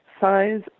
size